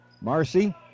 Marcy